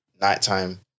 nighttime